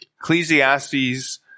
Ecclesiastes